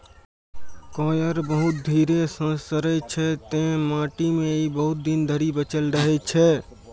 coir बहुत धीरे सं सड़ै छै, तें माटि मे ई बहुत दिन धरि बचल रहै छै